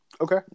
Okay